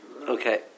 Okay